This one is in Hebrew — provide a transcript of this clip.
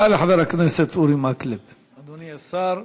ברצוני לשאול, אדוני השר,